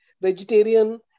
vegetarian